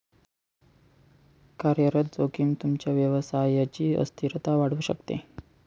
कार्यरत जोखीम तुमच्या व्यवसायची अस्थिरता वाढवू शकते